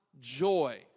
joy